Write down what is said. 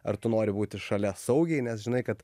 ar tu nori būti šalia saugiai nes žinai kad